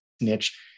niche